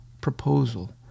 proposal